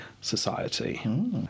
Society